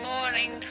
morning